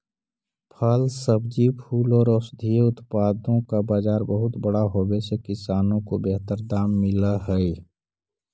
फल, सब्जी, फूल और औषधीय उत्पादों का बाजार बहुत बड़ा होवे से किसानों को बेहतर दाम मिल हई